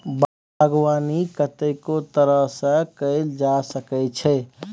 बागबानी कतेको तरह सँ कएल जा सकै छै